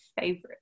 favorite